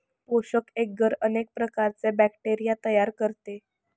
पोषक एग्गर अनेक प्रकारचे बॅक्टेरिया तयार करते